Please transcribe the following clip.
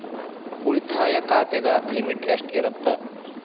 ಉಳಿತಾಯ ಖಾತೆದ ಲಿಮಿಟ್ ಎಷ್ಟ ಇರತ್ತ?